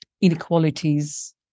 inequalities